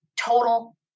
total